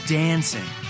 dancing